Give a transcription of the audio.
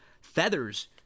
Feathers